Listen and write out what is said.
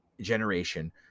generation